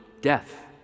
Death